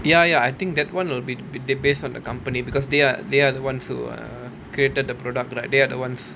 ya ya I think that one would be they based on the because they are they are the [one] who uh created the product ah they are the ones